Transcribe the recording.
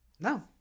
No